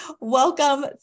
welcome